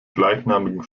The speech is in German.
gleichnamigen